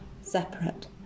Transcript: separate